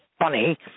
funny